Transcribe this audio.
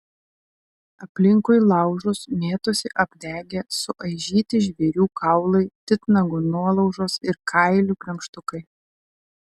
aplinkui laužus mėtosi apdegę suaižyti žvėrių kaulai titnago nuolaužos ir kailių gremžtukai